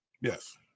Yes